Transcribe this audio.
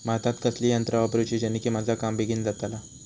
भातात कसली यांत्रा वापरुची जेनेकी माझा काम बेगीन जातला?